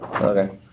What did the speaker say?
Okay